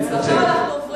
אין ספק.